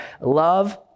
Love